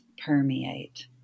permeate